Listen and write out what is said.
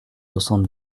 soixante